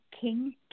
King